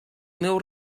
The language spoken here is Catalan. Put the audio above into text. meu